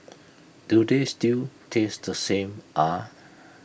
do they still taste the same ah